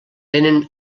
tenen